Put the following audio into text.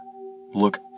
look